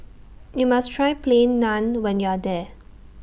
YOU must Try Plain Naan when YOU Are here